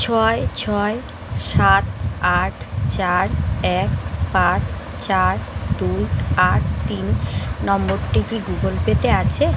ছয় ছয় সাত আট চার এক পাঁচ চার দুই আট তিন নম্বরটি কি গুগল পেতে আছে